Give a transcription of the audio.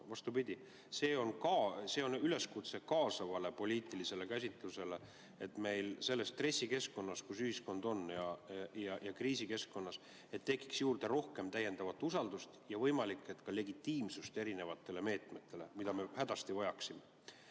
Vastupidi, see on üleskutse kaasavale poliitilisele käsitlusele, et meil selles stressikeskkonnas, kus ühiskond on, ja kriisikeskkonnas tekiks juurde rohkem usaldust ja võimalik, et ka legitiimsust eri meetmetele, mida me hädasti vajaksime.